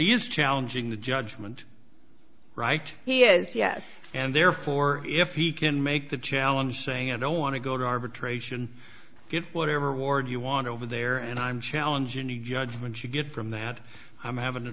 he is challenging the judgment right he is yes and therefore if he can make the challenge saying i don't want to go to arbitration get whatever ward you want over there and i'm challenging the judgment you get from that i'm having